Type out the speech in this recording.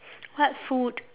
what food